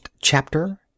Chapter